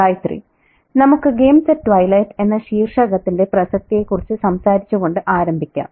ഗായത്രി നമുക്ക് games at twilight' എന്ന ശീർഷകത്തിന്റെ പ്രസക്തിയെക്കുറിച്ച് സംസാരിച്ചുകൊണ്ട് ആരംഭിക്കാം